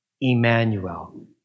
Emmanuel